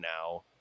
now